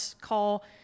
call